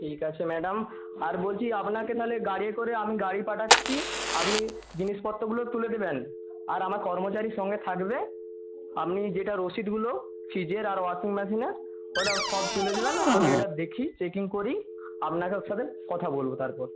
ঠিক আছে ম্যাডাম আর বলছি আপনাকে তাহলে গাড়ি করে আমি গাড়ি পাঠাচ্ছি আপনি জিনিসপত্রগুলো তুলে দেবেন আর আমার কর্মচারী সঙ্গে থাকবে আপনি যেটা রসিদগুলো ফ্রিজের আর ওয়াশিং মেশিনের ওটা সব তুলে দেবেন আমি এটা দেখি চেকিং করি আপনার সাথে কথা বলবো তারপর